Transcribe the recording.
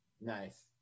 Nice